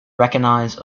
recognize